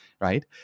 right